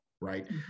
right